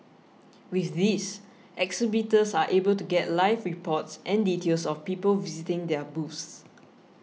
with this exhibitors are able to get live reports and details of people visiting their booths